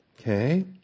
Okay